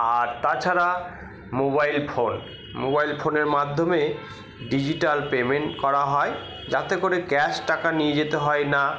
আর তাছাড়া mobile phone mobile ফোনের মাধ্যমে ডিজিটাল পেমেন্ট করা হয় যাতে করে ক্যাশ টাকা নিয়ে যেতে হয় না